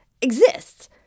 exists